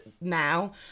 now